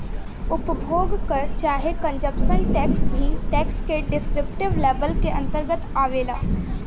उपभोग कर चाहे कंजप्शन टैक्स भी टैक्स के डिस्क्रिप्टिव लेबल के अंतरगत आवेला